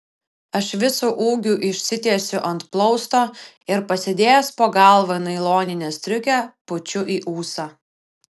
aš visu ūgiu išsitiesiu ant plausto ir pasidėjęs po galva nailoninę striukę pučiu į ūsą